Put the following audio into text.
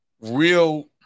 real